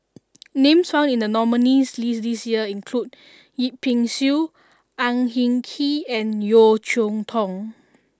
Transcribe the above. names found in the nominees' list this year include Yip Pin Xiu Ang Hin Kee and Yeo Cheow Tong